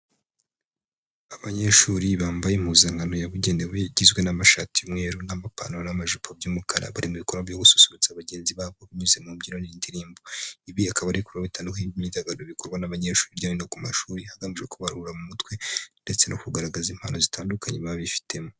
Abanyeshuri bambaye impuzankano yabugenewe igizwe n'amashati y'umweru n'amapantaro n'amajipo by'umukara, bari mu bikorwa byo gususurutsa bagenzi babo binyuze mu mbyino n'indirimbo. Ibi akaba ari ibikorwa bitandukanye by'imyidagaduro bikorwa n'abanyeshuri, hirya no hino ku mashuri hagamijwe kubaruhura mu mutwe ndetse no kugaragaza impano zitandukanye baba bifitemo.